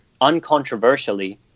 uncontroversially